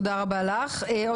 תודה רבה, תמר.